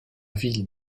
ville